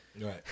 Right